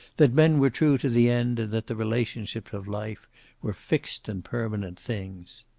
that men were true to the end, and that the relationships of life were fixed and permanent things.